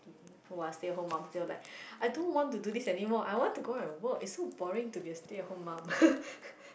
who are stay at home moms they will like I don't want to do this anymore I want to go out and work it is so boring to be a stay at home mum